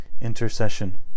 intercession